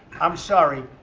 i'm sorry.